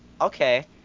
Okay